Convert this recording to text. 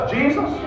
Jesus